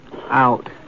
out